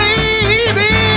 Baby